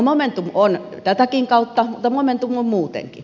momentum on tätäkin kautta mutta momentum on muutenkin